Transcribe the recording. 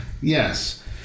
Yes